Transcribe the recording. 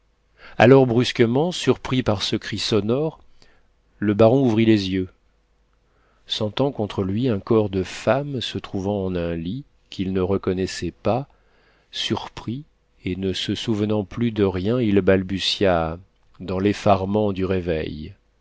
alors brusquement surpris par ce cri sonore le baron ouvrit les yeux sentant contre lui un corps de femme se trouvant en un lit qu'il ne reconnaissait pas surpris et ne se souvenant plus de rien il balbutia dans l'effarement du réveil